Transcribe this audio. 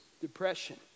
depression